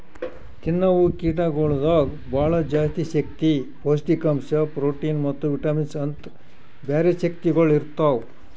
ತಿನ್ನವು ಕೀಟಗೊಳ್ದಾಗ್ ಭಾಳ ಜಾಸ್ತಿ ಶಕ್ತಿ, ಪೌಷ್ಠಿಕಾಂಶ, ಪ್ರೋಟಿನ್ ಮತ್ತ ವಿಟಮಿನ್ಸ್ ಅಂತ್ ಬ್ಯಾರೆ ಶಕ್ತಿಗೊಳ್ ಇರ್ತಾವ್